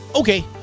Okay